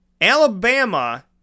Alabama